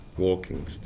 walking